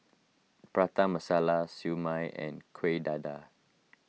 Prata Masala Siew Mai and Kuih Dadar